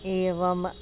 एवम्